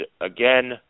again